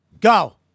Go